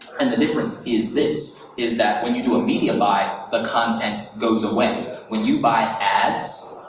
and the difference is this, is that when you do a media buy, the content goes away. when you buy ads,